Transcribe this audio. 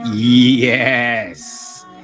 Yes